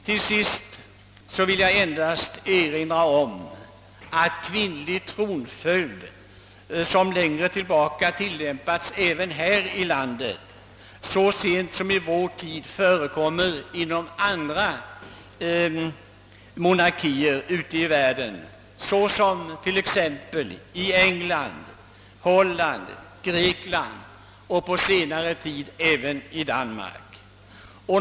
Till sist vill jag endast erinra om» att kvinnlig tronföljd, som längre tillbaka har tillämpats även här i landet, så sent som i vår tid förekommer inom andra: monarkier ute i världen, såsom i England, Holland, Grekland och på senare tid även i Danmark.